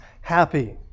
happy